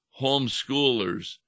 homeschoolers